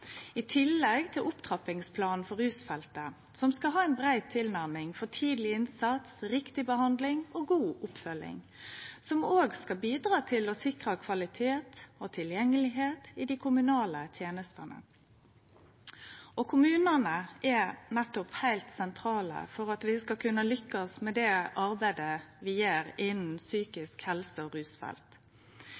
i tillegg til Opptrappingsplanen for rusfeltet, som skal ha ei brei tilnærming for tidleg innsats, riktig behandling og god oppfølging, som òg skal bidra til å sikre kvalitet og tilgjengelegheit i dei kommunale tenestene. Kommunane er nettopp heilt sentrale for at vi skal kunne lykkast med det arbeidet vi gjer innanfor psykisk helse og